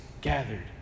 gathered